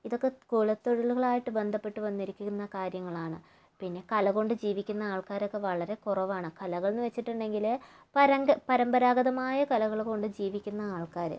ഇതൊക്കെ കുലത്തൊഴിലുകളായിട്ട് ബന്ധപ്പെട്ട് വന്നിരിക്കുന്ന കാര്യങ്ങളാണ് പിന്നെ കല കൊണ്ട് ജീവിക്കുന്ന ആൾക്കാരൊക്കെ വളരെ കുറവാണ് കലകളെന്ന് വെച്ചിട്ടുണ്ടെങ്കില് പരമ്പരാഗതമായ കലകൾ കൊണ്ട് ജീവിക്കുന്ന ആൾക്കാര്